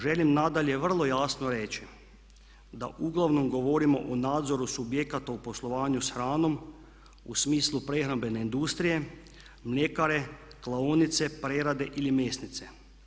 Želim nadalje vrlo jasno reći da uglavnom govorimo o nadzoru subjekata u poslovanju s hranom u smislu prehrambene industrije, mljekare, klaonice, prerade ili mesnice.